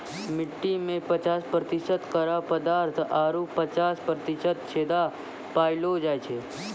मट्टी में पचास प्रतिशत कड़ा पदार्थ आरु पचास प्रतिशत छेदा पायलो जाय छै